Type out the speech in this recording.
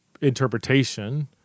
interpretation